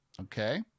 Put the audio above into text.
Okay